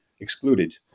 excluded